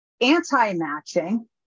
anti-matching